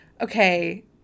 okay